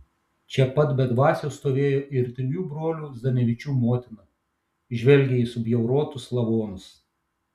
čia pat be dvasios stovėjo ir trijų brolių zdanevičių motina žvelgė į subjaurotus lavonus